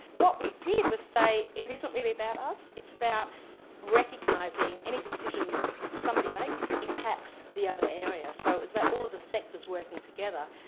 what we did was say it isn't really about us, it's about recognising any decision somebody makes impacts the other area. so it was about all the sectors working together,